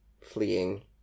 fleeing